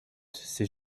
c’est